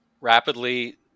rapidly